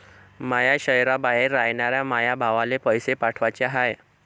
माया शैहराबाहेर रायनाऱ्या माया भावाला पैसे पाठवाचे हाय